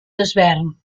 desvern